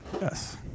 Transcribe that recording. Yes